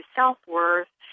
self-worth